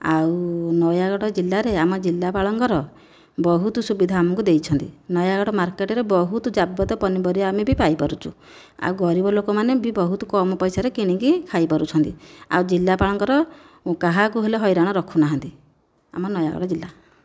ଆଉ ନୟାଗଡ଼ ଜିଲ୍ଲାରେ ଆମ ଜିଲ୍ଲାପାଳଙ୍କର ବହୁତ ସୁବିଧା ଆମକୁ ଦେଇଛନ୍ତି ନୟାଗଡ଼ ମାର୍କେଟରେ ବହୁତ ଯାବତୀୟ ପନିପରିବା ଆମେ ବି ପାଇପାରୁଛୁ ଆଉ ଗରିବ ଲୋକମାନେ ବି ବହୁତ କମ ପଇସାରେ କିଣିକି ଖାଇ ପାରୁଛନ୍ତି ଆଉ ଜିଲ୍ଲାପାଳଙ୍କର କାହାକୁ ହେଲେ ହଇରାଣ ରଖୁନାହାନ୍ତି ଆମ ନୟାଗଡ଼ ଜିଲ୍ଲା